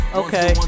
okay